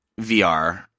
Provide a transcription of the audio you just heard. VR